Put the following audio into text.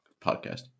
podcast